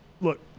Look